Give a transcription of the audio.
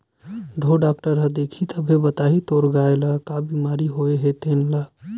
ढ़ोर डॉक्टर ह देखही तभे बताही तोर गाय ल का बिमारी होय हे तेन ल